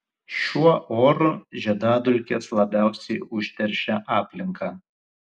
šiuo oru žiedadulkės labiausiai užteršia aplinką